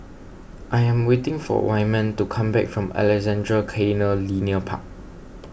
I am waiting for Wyman to come back from Alexandra Canal Linear Park